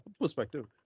perspective